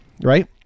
right